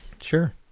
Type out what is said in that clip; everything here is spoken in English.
Sure